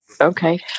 Okay